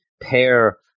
pair